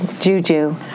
juju